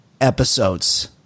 episodes